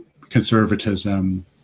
conservatism